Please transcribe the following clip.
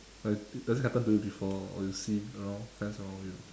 like does it happen to you before or you see you know friends around you